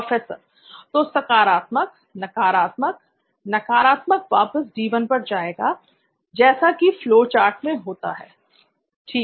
professor तो सकारात्मक नकारात्मक नकारात्मक वापस D1 पर जाएगा जैसा कि फ्लो चार्ट में होता है ठीक है